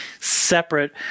separate